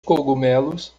cogumelos